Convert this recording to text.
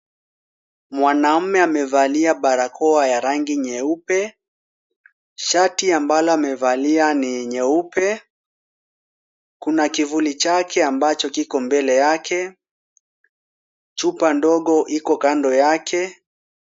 Mwanamme amevalia barakoa ya rangi nyeupe, shati ambalo amevalia ni nyeupe, kuna kivuli chake ambacho kiko mbele yake, chupa ndogo iko kando yake.